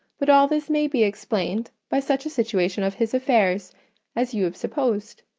but all this may be explained by such a situation of his affairs as you have supposed.